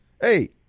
Hey